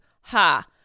ha